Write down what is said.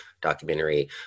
documentary